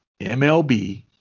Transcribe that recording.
MLB